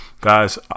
guys